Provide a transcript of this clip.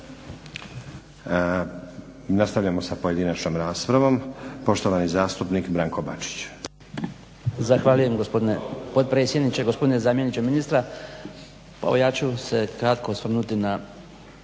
Nastavljamo sa pojedinačnom raspravom. Poštovani zastupnik Branko Bačić.